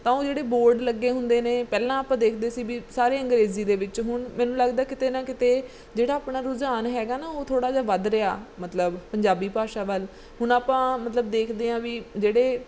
ਤਾਂ ਉਹ ਜਿਹੜੇ ਬੋਰਡ ਲੱਗੇ ਹੁੰਦੇ ਨੇ ਪਹਿਲਾਂ ਆਪਾਂ ਦੇਖਦੇ ਸੀ ਵੀ ਸਾਰੇ ਅੰਗਰੇਜ਼ੀ ਦੇ ਵਿੱਚ ਹੁਣ ਮੈਨੂੰ ਲੱਗਦਾ ਕਿਤੇ ਨਾ ਕਿਤੇ ਜਿਹੜਾ ਆਪਣਾ ਰੁਝਾਨ ਹੈਗਾ ਨਾ ਉਹ ਥੋੜ੍ਹਾ ਜਿਹਾ ਵੱਧ ਰਿਹਾ ਮਤਲਬ ਪੰਜਾਬੀ ਭਾਸ਼ਾ ਵੱਲ ਹੁਣ ਆਪਾਂ ਮਤਲਬ ਦੇਖਦੇ ਹਾਂ ਵੀ ਜਿਹੜੇ